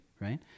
right